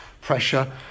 pressure